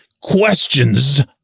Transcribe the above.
questions